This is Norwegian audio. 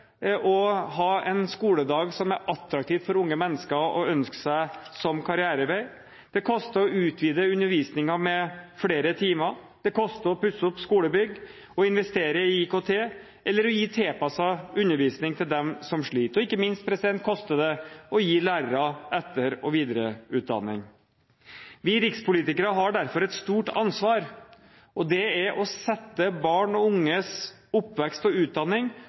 å ha en skoledag som er attraktiv for unge mennesker å ønske seg som karrierevei. Det koster å utvide undervisningen med flere timer. Det koster å pusse opp skolebygg og investere i IKT, eller å gi tilpasset undervisning til dem som sliter. Ikke minst koster det å gi lærere etter- og videreutdanning. Vi rikspolitikere har derfor et stort ansvar, og det er å sette barn og unges oppvekst og utdanning